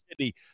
City